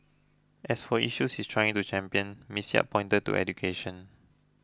as for issues she is trying to champion Ms Yap pointed to education